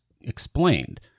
explained